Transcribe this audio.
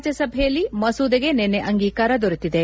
ರಾಜ್ವಸಭೆಯಲ್ಲಿ ಮಸೂದೆಗೆ ನಿನೈ ಅಂಗೀಕಾರ ದೊರೆತಿದೆ